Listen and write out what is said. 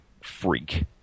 freak